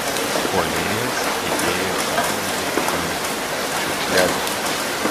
puolėjas įdėjo kamuolį į šiukšliadėžę